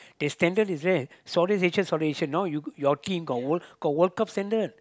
they standard is there Southeast-Asia Southeast-Asia now you your team got team got World-Cup standard